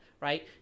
right